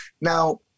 Now